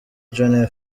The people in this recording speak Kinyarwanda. john